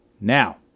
Now